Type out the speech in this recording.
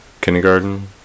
kindergarten